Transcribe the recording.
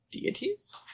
Deities